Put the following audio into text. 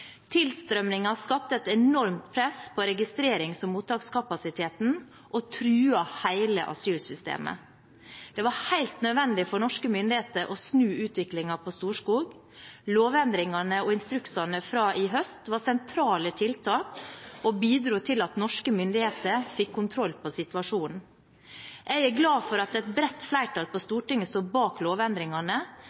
Tilstrømningen skapte et enormt press på registrerings- og mottakskapasiteten og truet hele asylsystemet. Det var helt nødvendig for norske myndigheter å snu utviklingen på Storskog. Lovendringene og instruksene fra i fjor høst var sentrale tiltak og bidro til at norske myndigheter fikk kontroll over situasjonen. Jeg er glad for at et bredt flertall på Stortinget sto bak lovendringene,